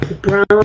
Brown